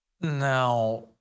now